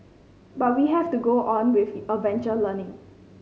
but we have to go on with adventure learning